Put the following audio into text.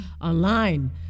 online